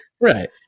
Right